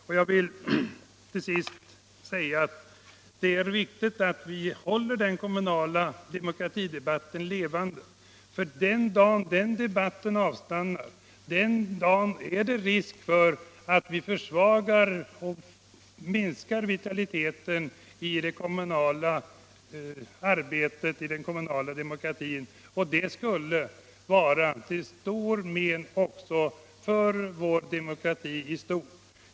Till sist vill jag säga att det är viktigt att vi håller debatten om den kommunala demokratin levande, för den dag den debatten avstannar är det risk för att vi försvagar vitaliteten i den kommunala demokratin, och det skulle vara till stort men för hela vår demokrati.